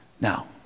Now